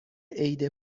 عید